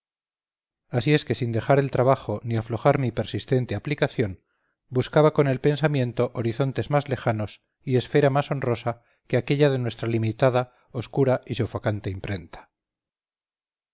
así es que sin dejar el trabajo ni aflojar mi persistente aplicación buscaba con el pensamiento horizontes más lejanos y esfera más honrosa que aquella de nuestra limitada oscura y sofocante imprenta